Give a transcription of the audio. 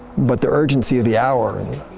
but the urgency of the hour, the